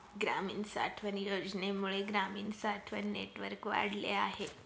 ग्रामीण साठवण योजनेमुळे ग्रामीण साठवण नेटवर्क वाढले आहे